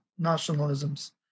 nationalisms